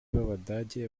b’abadage